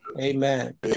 Amen